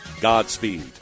Godspeed